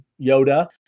Yoda